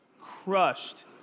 crushed